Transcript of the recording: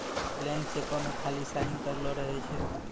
blank चेको मे खाली साइन करलो रहै छै